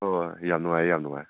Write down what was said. ꯍꯣꯏ ꯍꯣꯏ ꯌꯥꯝ ꯅꯨꯡꯉꯥꯏꯔꯦ ꯌꯥꯝ ꯅꯨꯡꯉꯥꯏꯔꯦ